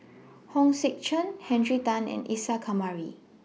Hong Sek Chern Henry Tan and Isa Kamari